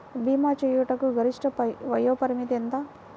భీమా చేయుటకు గరిష్ట వయోపరిమితి ఎంత?